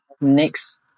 Next